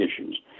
issues